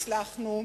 הצלחנו.